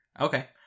okay